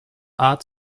art